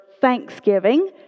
thanksgiving